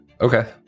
Okay